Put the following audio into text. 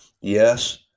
Yes